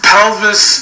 Pelvis